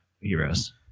Heroes